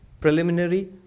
preliminary